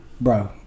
Bro